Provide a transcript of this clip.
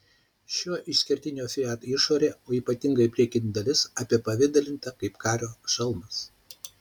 šio išskirtinio fiat išorė o ypatingai priekinė dalis apipavidalinta kaip kario šalmas